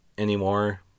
anymore